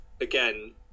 again